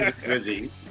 Busy